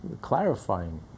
clarifying